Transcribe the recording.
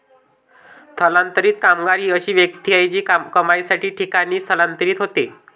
स्थलांतरित कामगार ही अशी व्यक्ती आहे जी कमाईसाठी ठिकाणी स्थलांतरित होते